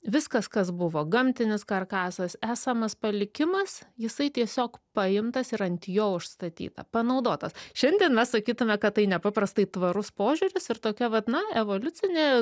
viskas kas buvo gamtinis karkasas esamas palikimas jisai tiesiog paimtas ir ant jo užstatyta panaudotas šiandien mes sakytume kad tai nepaprastai tvarus požiūris ir tokia vat na evoliucinė